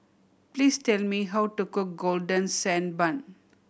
please tell me how to cook Golden Sand Bun